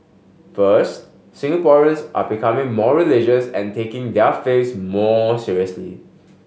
first Singaporeans are becoming more religious and taking their faiths more seriously